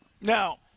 Now